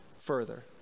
further